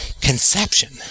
conception